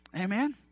Amen